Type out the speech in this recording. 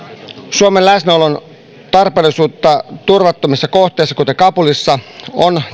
suomen läsnäolon tarpeellisuutta turvattomimmissa kohteissa kuten kabulissa on